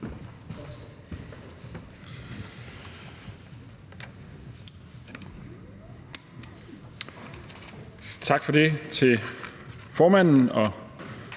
Tak for det til formanden, og